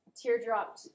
teardrop